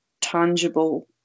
tangible